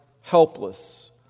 helpless